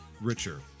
richer